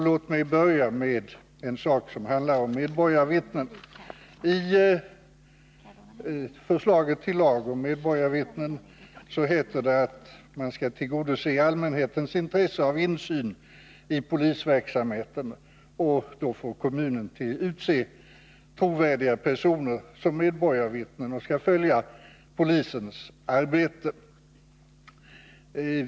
Låt mig börja med det som gäller medborgarvittnen. I förslaget till lag om medborgarvittnen heter det att man skall tillgodose allmänhetens intresse av insyn i polisverksamheten, och då får kommunen utse trovärdiga personer till medborgarvittnen, som skall följa polisens arbete.